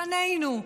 בנינו,